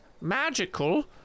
magical